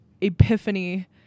epiphany